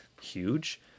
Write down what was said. huge